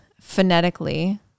phonetically